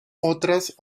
otras